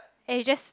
and it's just